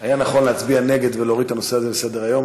היה נכון להצביע נגד ולהוריד את הנושא הזה מסדר-היום,